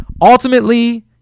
ultimately